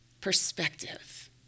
perspective